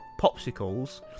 popsicles